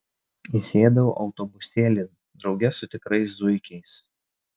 įsėdau autobusėlin drauge su tikrais zuikiais